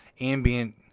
ambient